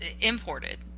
imported